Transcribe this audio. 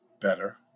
better